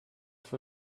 vor